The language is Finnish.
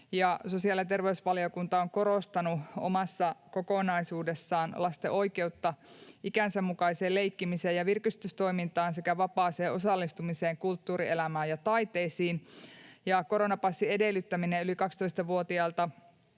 Sosiaali‑ ja terveysvaliokunta on korostanut omassa kokonaisuudessaan lasten oikeutta ikänsä mukaiseen leikkimiseen ja virkistystoimintaan sekä vapaaseen osallistumiseen kulttuurielämään ja taiteisiin. Koronapassin edellyttämisen yli 12-vuotiailta